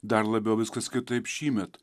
dar labiau viskas kitaip šįmet